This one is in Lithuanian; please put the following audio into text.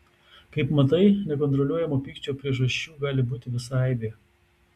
kaip matai nekontroliuojamo pykčio priežasčių gali būti visa aibė